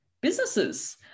businesses